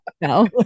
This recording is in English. no